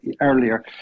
earlier